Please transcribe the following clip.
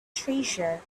treasure